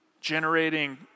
generating